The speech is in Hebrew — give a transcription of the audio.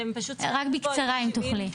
רק בקצרה, אם תוכלי.